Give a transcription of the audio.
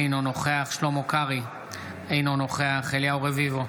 אינו נוכח שלמה קרעי, אינו נוכח אליהו רביבו,